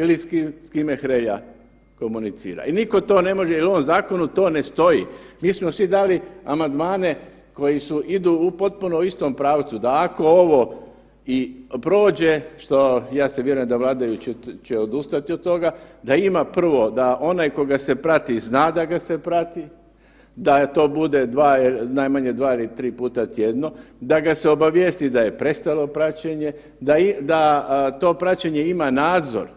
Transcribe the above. Ili s kime Hrelja komunicira i nitko to ne može jer u ovom zakonu to ne stoji, mi smo svi dali amandmane koji idu u potpuno istom pravcu, da ako ovo i prođe, što, ja se vjerujem da vladajući će odustati od toga, da ima prvo da onaj koga se prati, zna da ga se prati, da to bude najmanje 2 ili 3 puta tjedno, da ga se obavijesti da je prestalo praćenje, da to praćenje ima nadzor,